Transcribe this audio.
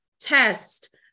test